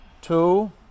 two